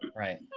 right.